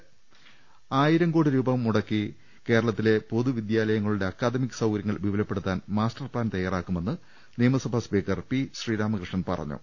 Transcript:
രദേഷ്ടെടു ആയിരം കോടി രൂപ മുടക്കി കേരളത്തിലെ പൊതുവിദ്യാലയങ്ങളുടെ അക്കാദമിക് സൌകര്യങ്ങൾ വിപുലപ്പെടുത്താൻ മാസ്റ്റർപ്താൻ തയ്യാറാക്കു മെന്ന് നിയമസഭ സ്പീക്കർ പി ശ്രീരാമകൃഷ്ണൻ പറഞ്ഞു